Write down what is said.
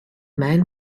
man